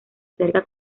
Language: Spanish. cerca